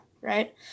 right